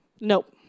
nope